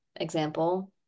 example